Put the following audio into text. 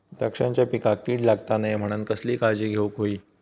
द्राक्षांच्या पिकांक कीड लागता नये म्हणान कसली काळजी घेऊक होई?